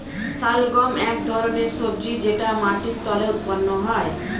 শালগম এক ধরনের সবজি যেটা মাটির তলায় উৎপন্ন হয়